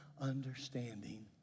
understanding